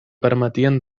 permetien